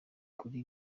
kuri